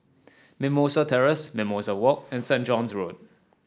Mimosa Terrace Mimosa Walk and Saint John's Road